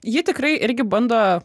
ji tikrai irgi bando